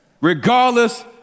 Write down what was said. Regardless